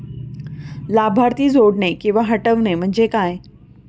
लाभार्थी जोडणे किंवा हटवणे, म्हणजे काय?